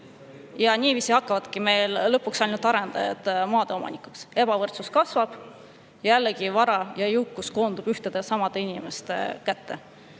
Ja nii hakkavadki lõpuks ainult arendajad maade omanikuks. Ebavõrdsus kasvab, vara, jõukus koondub ühtede ja samade inimeste kätte.